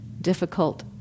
difficult